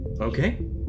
Okay